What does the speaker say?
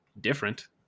different